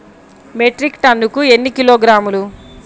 Metric టన్నుకు ఎన్ని కిలోగ్రాములు?